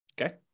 Okay